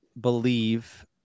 believe